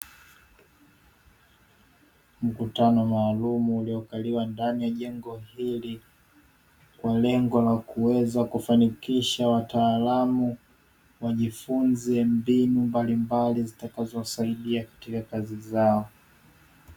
Mkutano maalumu uliokaliwa ndani ya jengo hili, kwa lengo la kuweza kufanikisha wataalamu wajifunze mbinu mbalimbali zitakazowasaidia katika kazi zao.